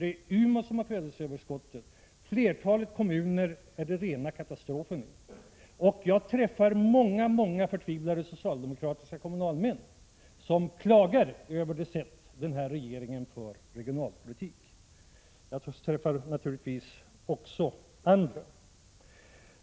Det är Umeå som har födelseöverskottet. För flertalet kommuner är det rena katastrofen. Jag träffar många förtvivlade socialdemokratiska kommunalmän som klagar på den nuvarande regeringens sätt att sköta regionalpolitiken. Jag träffar naturligtvis också andra.